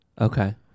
Okay